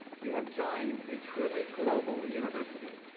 you have joined a truly global university.